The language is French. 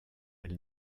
elle